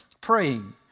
praying